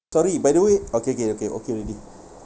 sorry by the way okay K okay okay already